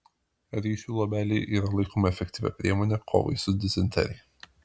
ryžių luobelė yra laikoma efektyvia priemone kovai su dizenterija